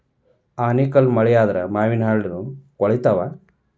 ಆನಿಕಲ್ಲ್ ಮಳಿ ಆದ್ರ ಮಾವಿನಹಣ್ಣು ಕ್ವಳಿತಾವ